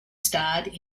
starred